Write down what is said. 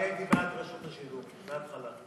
אני הייתי בעד רשות השידור, מהתחלה.